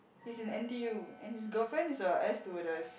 he's in N_T_U and his girlfriend is a air stewardess